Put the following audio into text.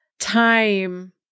time